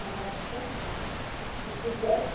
Maharashtra Chhattisgarh